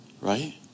Right